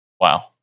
Wow